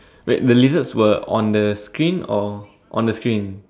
wait the lizards were on the screen or on the screen